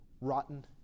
rotten